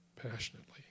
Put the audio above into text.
Passionately